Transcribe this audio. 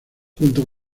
junto